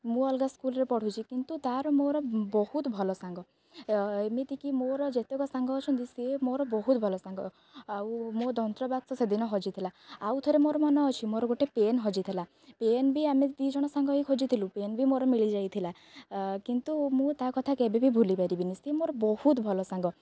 ମୁଁ ଅଲଗା ସ୍କୁଲରେ ପଢ଼ୁଛି କିନ୍ତୁ ତା'ର ମୋର ବହୁତ ଭଲ ସାଙ୍ଗ ଏମିତିକି ମୋର ଯେତେକ ସାଙ୍ଗ ଅଛନ୍ତି ସିଏ ମୋର ବହୁତ ଭଲ ସାଙ୍ଗ ଆଉ ମୋ ଯନ୍ତ୍ରବାକ୍ସ ସେଦିନ ହଜିଥିଲା ଆଉ ଥରେ ମୋର ମନ ଅଛି ମୋର ଗୋଟେ ପେନ୍ ହଜିଥିଲା ପେନ୍ ବି ଆମେ ଦୁଇ ଜଣ ସାଙ୍ଗ ହେଇ ଖୋଜିଥିଲୁ ପେନ୍ ବି ମୋର ମିଳିଯାଇଥିଲା କିନ୍ତୁ ମୁଁ ତା କଥା କେବେ ବି ଭୁଲିପାରିବିନି ସିଏ ମୋର ବହୁତ ଭଲ ସାଙ୍ଗ